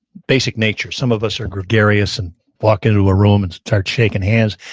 basic nature. some of us are gregarious, and walk into a room and start shaking hands.